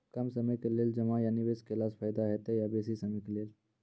कम समय के लेल जमा या निवेश केलासॅ फायदा हेते या बेसी समय के लेल?